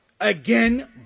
again